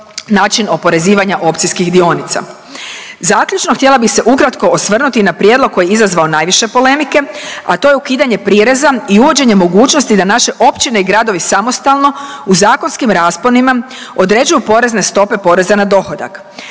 način oporezivanja opcijskih dionica. Zaključno, htjela bih se ukratko osvrnuti i na prijedlog koji je izazvao najviše polemike, a to je ukidanje prireza i uvođenje mogućnosti da naše općine i gradovi samostalno u zakonskim rasponima određuju porezne stope poreza na dohodak.